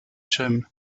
jam